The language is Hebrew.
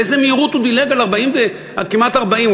באיזו מהירות הוא דילג על כמעט 40,